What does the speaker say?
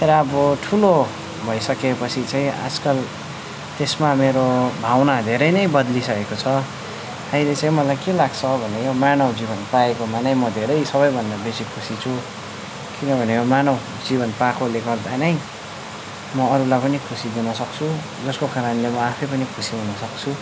तर अब ठुलो भइसकेपछि चाहिँ आजकल त्यसमा मेरो भावना धेरै नै बद्लिसकेको छ अहिले चाहिँ मलाई के लाग्छ भने मानव जीवन पाएकोमा नै म धेरै सबैभन्दा बेसी खुसी छु किनभने मानव जीवन पाएकोले गर्दा नै म अरूलाई पनि खुसी दिन सक्छु जसको कारणले म आफै पनि खुसी हुन सक्छु